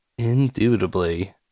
indubitably